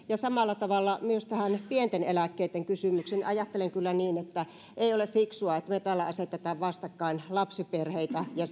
ja samalla tavalla myös tästä pienten eläkkeitten kysymyksestä ajattelen kyllä niin ettei ole kyllä fiksua että me täällä asetamme vastakkain lapsiperheitä ja